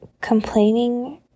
complaining